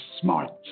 smart